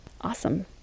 awesome